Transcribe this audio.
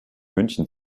münchen